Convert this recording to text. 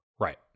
Right